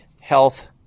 health